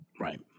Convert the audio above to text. right